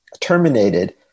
terminated